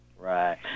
Right